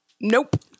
Nope